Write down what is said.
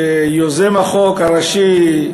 שיוזם החוק הראשי,